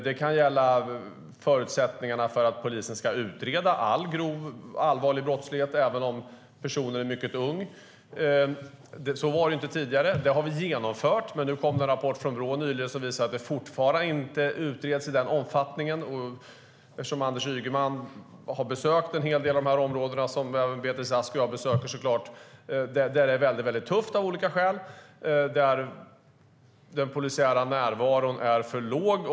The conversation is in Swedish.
Det kan gälla förutsättningarna för att polisen ska utreda all grov och allvarlig brottslighet även om en person är mycket ung. Så var det inte tidigare. Det har vi genomfört, men det kom nyligen en rapport från Brå som visar att det fortfarande inte utreds i tillräcklig omfattning. Anders Ygeman har också besökt en hel del av de områden, som även Beatrice Ask och jag såklart besöker, där det av olika skäl är väldigt tufft och där den polisiära närvaron är för låg.